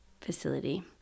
facility